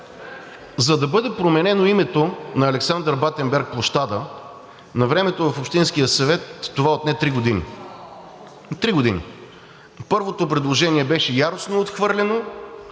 за да бъде променено името на площад Александър Батенберг, навремето в общинския съвет това отне три години. Три години! Първото предложение беше яростно отхвърлено,